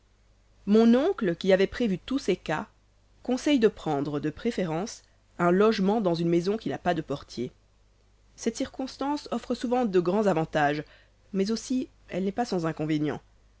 mon oncle qui avait prévu tous ces cas conseille de prendre de préférence un logement dans une maison qui n'a pas de portier cette circonstance offre souvent de grands avantages mais aussi elle n'est pas sans inconvénient